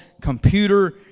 computer